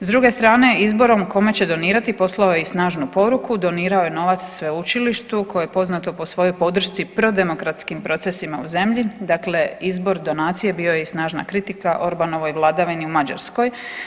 S druge strane izborom kome će donirati poslao je i snažnu poruku, donirao je novac sveučilištu koje je poznato po svojoj podršci prodemokratskim procesima u zemlji, dakle izbor donacije bio je i snažna kritika Orbanovoj vladavini u Mađarskoj.